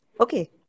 Okay